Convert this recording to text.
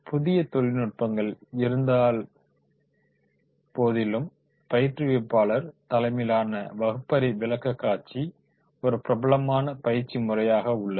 புதிய தொழில்நுட்பங்கள் இருந்தஸபோதிலும்பயிற்றுவிப்பாளர் தலைமையிலான வகுப்பறை விளக்கக்காட்சி ஒரு பிரபலமான பயிற்சி முறையாக உள்ளது